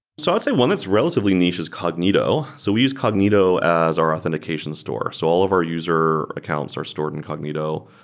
so i'd say one that's relatively niche is cognito. so we use cognito as our authentication store. so all of our user accounts are stored in cognito.